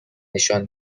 نشان